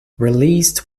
released